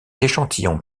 échantillons